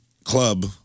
Club